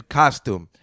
costume